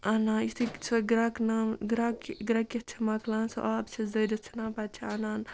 اَنان یُتھُے سُہ گرٛٮ۪کناو گرٛیکہِ گرٛیکِتھ مۄکلان سُہ آب چھَس دٲرِتھ ژھٕنان پَتہٕ چھِ اَنان